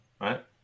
Right